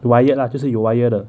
wired lah 就是有 wire 的